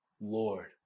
Lord